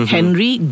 Henry